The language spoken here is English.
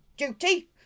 duty